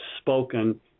spoken